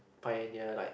pioneer like